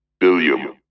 William